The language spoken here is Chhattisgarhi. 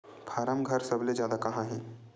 फारम घर सबले जादा कहां हे